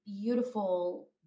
beautiful